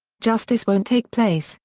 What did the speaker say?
justice won't take place,